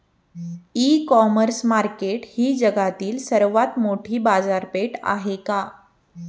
इ commerce market ही जगातील सर्वात मोठी बाजारपेठ आहे का?